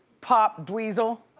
pop diesel.